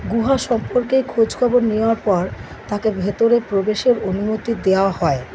গুহা সম্পর্কে খোঁজখবর নেওয়ার পর তাকে ভেতরে প্রবেশের অনুমতি দেওয়া হয়